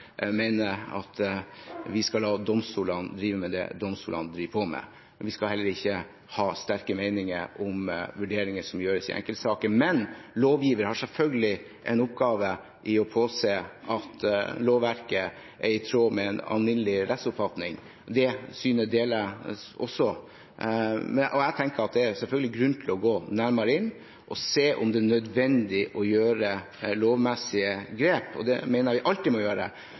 at vi skal la domstolene drive med det domstolene driver med, og vi skal heller ikke ha sterke meninger om vurderinger som gjøres i enkeltsaker. Men lovgiver har selvfølgelig en oppgave i å påse at lovverket er i tråd med en alminnelig rettsoppfatning. Det synet deler jeg også. Jeg tenker at det selvfølgelig er grunn til å gå nærmere inn og se på om det er nødvendig å gjøre lovmessige grep, og det mener jeg vi alltid må gjøre,